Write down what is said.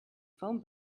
phone